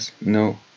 No